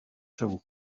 too